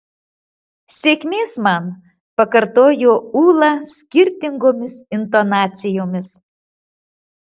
sėkmės man pakartojo ūla skirtingomis intonacijomis